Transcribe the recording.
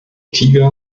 tiger